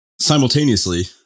Simultaneously